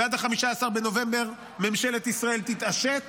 ועד ה-15 בנובמבר ממשלת ישראל תתעשת